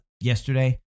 yesterday